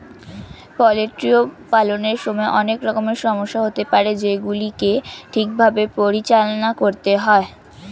poultry পালনের সময় অনেক রকমের সমস্যা হতে পারে যেগুলিকে ঠিক ভাবে পরিচালনা করতে হয়